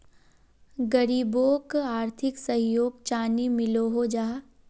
गरीबोक आर्थिक सहयोग चानी मिलोहो जाहा?